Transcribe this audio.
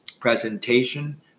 presentation